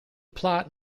plot